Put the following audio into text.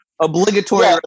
obligatory